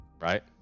right